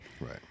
Right